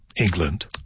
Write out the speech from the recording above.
England